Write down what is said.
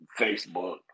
Facebook